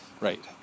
right